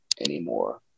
anymore